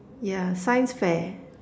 ya science fair